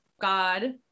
God